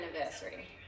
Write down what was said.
anniversary